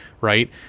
right